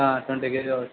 twenty K కావచ్చు